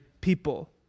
people